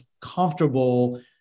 comfortable